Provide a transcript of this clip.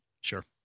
Sure